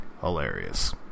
hilarious